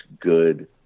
good